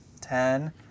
Ten